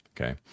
okay